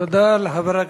תודה לחברת